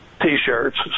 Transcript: t-shirts